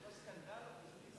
או סקנדל או פסטיבל.